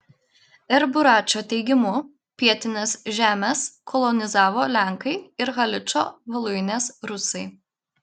r buračo teigimu pietines žemes kolonizavo lenkai ir haličo voluinės rusai